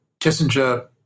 Kissinger